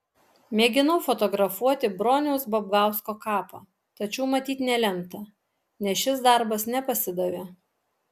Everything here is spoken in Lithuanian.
mėginau fotografuoti broniaus babkausko kapą tačiau matyt nelemta nes šis darbas nepasidavė